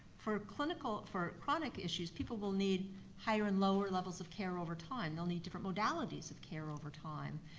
for clinical, for chronic issues, people will need higher and lower levels of care over time. they'll need different modalities of care over time.